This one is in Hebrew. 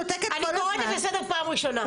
שותקת כל הזמן --- אני קוראת לך לסדר פעם ראשונה.